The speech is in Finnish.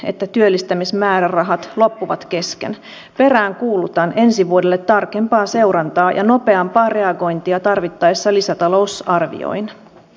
oecd on aiemmin huomauttanut suomea siitä että korkeat asiakaspalvelumaksut vaikeuttavat ihmisten hoitoon pääsyä